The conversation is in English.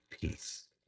peace